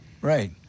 right